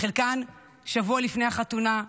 חלקם שבוע לפני החתונה,